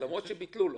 למרות שביטלו לו.